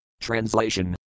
Translation